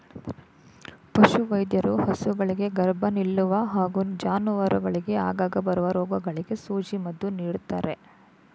ಪಶುವೈದ್ಯರು ಹಸುಗಳಿಗೆ ಗರ್ಭ ನಿಲ್ಲುವ ಹಾಗೂ ಜಾನುವಾರುಗಳಿಗೆ ಆಗಾಗ ಬರುವ ರೋಗಗಳಿಗೆ ಸೂಜಿ ಮದ್ದು ನೀಡ್ತಾರೆ